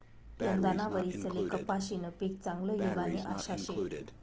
यंदाना वरीसले कपाशीनं पीक चांगलं येवानी आशा शे